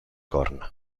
corna